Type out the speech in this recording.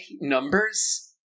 numbers